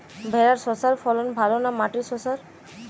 ভেরার শশার ফলন ভালো না মাটির শশার?